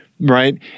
Right